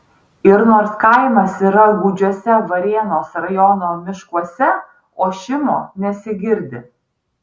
ir nors kaimas yra gūdžiuose varėnos rajono miškuose ošimo nesigirdi